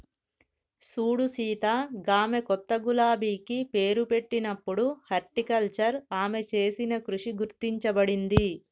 సూడు సీత గామె కొత్త గులాబికి పేరు పెట్టినప్పుడు హార్టికల్చర్ ఆమె చేసిన కృషి గుర్తించబడింది